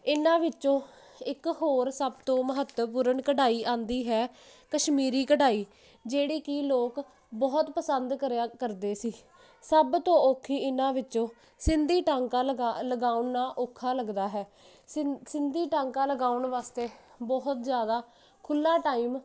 ਇਹਨਾਂ ਵਿੱਚੋਂ ਇੱਕ ਹੋਰ ਸਭ ਤੋਂ ਮਹੱਤਵਪੂਰਨ ਕਢਾਈ ਆਂਦੀ ਹੈ ਕਸ਼ਮੀਰੀ ਕਢਾਈ ਜਿਹੜੀ ਕੀ ਲੋਕ ਬਹੁਤ ਪਸੰਦ ਕਰਿਆ ਕਰਦੇ ਸੀ ਸਭ ਤੋਂ ਔਖੀ ਇਹਨਾਂ ਵਿੱਚੋਂ ਸਿੰਧੀ ਟਾਕਾਂ ਲਗਾ ਲਗਾਉਣ ਨਾ ਔਖਾ ਲੱਗਦਾ ਹੈ ਸਿੰ ਸਿੰਧੀ ਟਾਂਕਾ ਲਗਾਉਣ ਵਾਸਤੇ ਬਹੁਤ ਜਿਆਦਾ ਖੁੱਲਾ ਟਾਈਮ